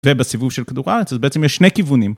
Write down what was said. ובסיבוב של כדור הארץ, אז בעצם יש שני כיוונים.